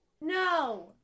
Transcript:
no